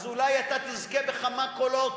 אז אולי אתה תזכה בכמה קולות